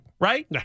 right